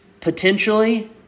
Potentially